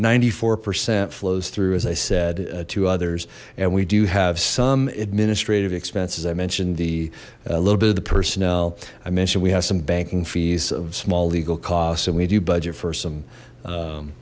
ninety four percent flows through as i said to others and we do have some administrative expenses i mentioned the a little bit of the personnel i mentioned we have some banking fees of small legal costs and we do budget for some